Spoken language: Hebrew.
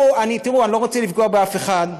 תראו, אני לא רוצה לפגוע באף אחד,